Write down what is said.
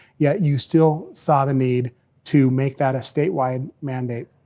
yet you still saw the need to make that a statewide mandate.